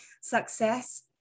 success